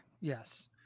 yes